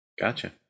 Gotcha